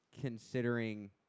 considering